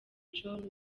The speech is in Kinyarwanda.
joe